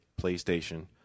PlayStation